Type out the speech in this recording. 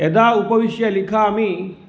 यदा उपविश्य लिखामि